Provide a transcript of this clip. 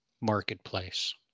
marketplace